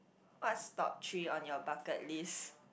what's top three on your bucket list